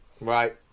Right